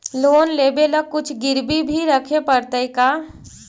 Loan लेबे ल कुछ गिरबी भी रखे पड़तै का?